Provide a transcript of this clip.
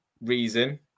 reason